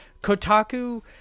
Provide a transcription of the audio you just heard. Kotaku